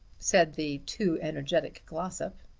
said the too energetic glossop.